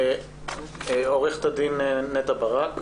עורכת הדין נטע ברק,